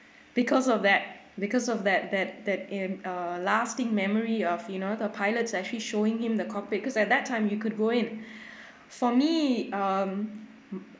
because of that because of that that that in uh lasting memory of you know the pilots actually showing him the cockpit cause at that time you could go in for me um